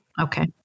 Okay